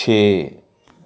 ਛੇ